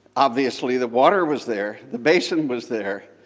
obviously the water was there, the basin was there,